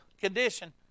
condition